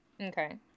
Okay